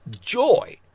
joy